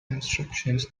instructions